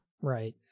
right